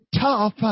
tough